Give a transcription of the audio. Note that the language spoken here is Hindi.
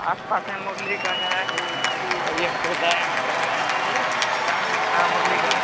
आस पास है मुरलीगंज है यह खुर्दा यहाँ से है पूरा आपका मुरलीगंज